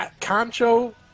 Concho